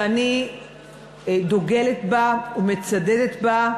שאני דוגלת בה ומצדדת בה,